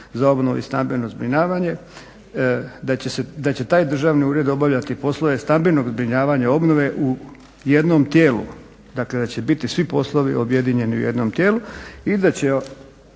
za obnovu i stambeno zbrinjavanje, da će taj državi ured obavljati poslove stambenog zbrinjavanja, obnove u jednom tijelu, dakle da će biti svi poslovi objedinjeni u jednom tijelu i da će